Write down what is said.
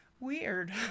Weird